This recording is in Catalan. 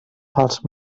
pels